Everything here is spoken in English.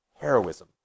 heroism